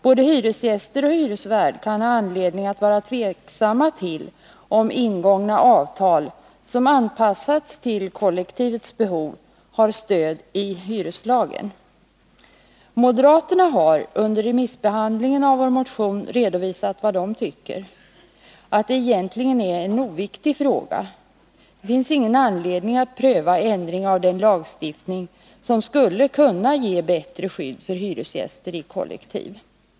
Både hyresgäster och hyresvärd kan ha anledning att vara tveksamma till om ingångna avtal, som anpassats till kollektivets behov, har stöd i hyreslagen. Moderaterna har under remissbehandlingen av vår motion redovisat vad de tycker: att det egentligen är en oviktig fråga — det finns ingen anledning att pröva en ändring av lagstiftningen som skulle kunna ge bättre skydd för hyresgäster i kollektiv.